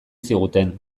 ziguten